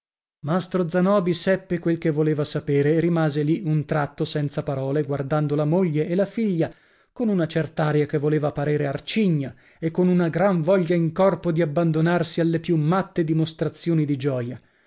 mastro zanobi seppe quel che voleva sapere e rimase lì un tratto senza parole guardando la moglie e la figlia con una cert'aria che voleva parere arcigna e con una gran voglia in corpo di abbandonarsi alle più matte dimostrazioni di gioia